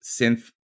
synth